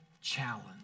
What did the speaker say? challenge